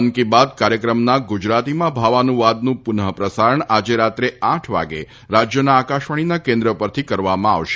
મન કી બાત કાર્યક્રમના ગુજરાતીમાં ભાવાનુવાદનું પુનઃ પ્રસારણ આજે રાત્રે આઠ વાગ્યે રાજ્યના આકાશવાણીના કેન્દ્ર પરથી કરવામાં આવશે